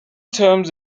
terms